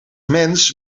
mens